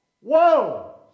Whoa